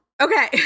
Okay